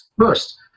first